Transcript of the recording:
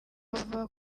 ava